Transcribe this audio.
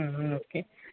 okay